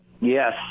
Yes